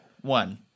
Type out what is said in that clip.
One